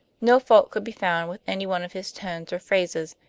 no fault could be found with any one of his tones or phrases,